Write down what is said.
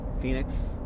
Phoenix